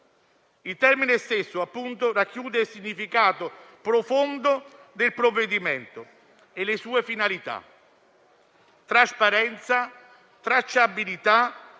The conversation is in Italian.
Il termine stesso, appunto, racchiude il significato profondo del provvedimento e le sue finalità: trasparenza, tracciabilità